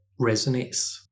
resonates